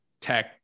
tech